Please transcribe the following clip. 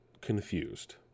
confused